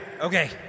Okay